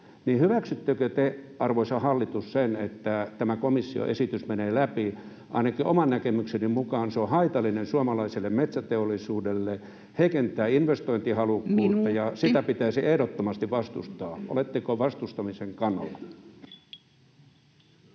Hyväksyttekö, te, arvoisa hallitus, sen, että tämä komission esitys menee läpi? Ainakin oman näkemykseni mukaan se on haitallinen suomalaiselle metsäteollisuudelle, heikentää investointihalukkuutta, [Puhemies: Minuutti!] ja sitä pitäisi ehdottomasti vastustaa. Oletteko vastustamisen kannalla?